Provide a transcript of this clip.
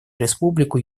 республику